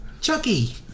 Chucky